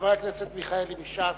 חבר הכנסת מיכאלי מש"ס.